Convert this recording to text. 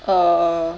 err